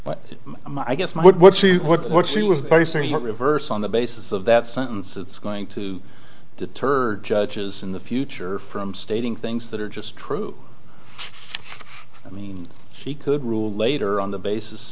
'm i guess what she what she was basically reverse on the basis of that sentence it's going to deter judges in the future from stating things that are just true i mean she could rule later on the basis